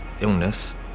illness